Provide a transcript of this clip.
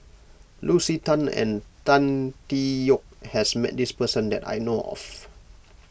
Lucy Tan and Tan Tee Yoke has met this person that I know of